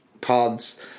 pods